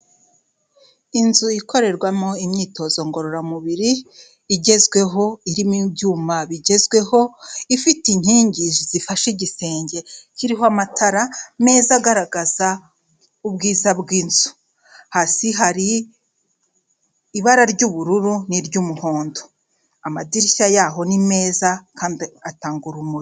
Inzu ikorerwamo imyitozo ngororamubiri, igezweho irimo ibyuma bigezweho ifite inkingi zifashe igisenge kiriho amatara meza agaragaza ubwiza bw'inzu, hasi hari ibara ry'ubururu n'iry'umuhondo, amadirishya yaho ni meza kandi atanga urumuri.